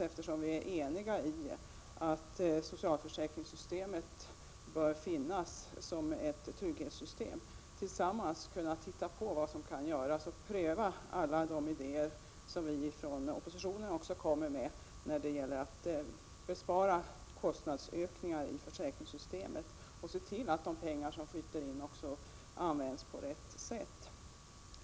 Eftersom vi är eniga om att socialförsäkringssystemet bör finnas som ett trygghetssystem bör vi tillsammans kunna se över vad som kan göras. Vi bör pröva alla idéer som kommer också från oss i oppositionen när det gäller att undvika kostnadsökningar i försäkringssystemet och se till att de pengar som flyter in används på rätt sätt.